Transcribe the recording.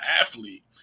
athlete